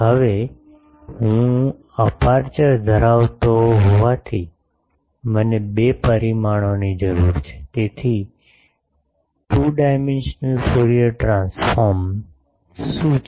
હવે હું અપેરચ્યોર ધરાવતો હોવાથી મને બે પરિમાણોની જરૂર છે તેથી ટુ ડાઈમેંન્ટિઅલ ફુરીઅર ટ્રાન્સફોર્મ શું છે